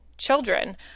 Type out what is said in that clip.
Children